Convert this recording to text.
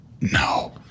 No